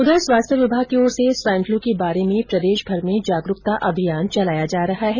उधर स्वास्थ्य विभाग की ओर से स्वाइन फलू के बारे में प्रदेषभर में जागरूकता अभियान चलाया जा रहा है